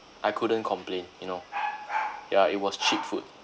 I couldn't complain you know ya it was cheap food